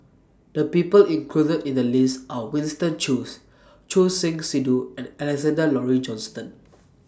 The People included in The list Are Winston Choos Choor Singh Sidhu and Alexander Laurie Johnston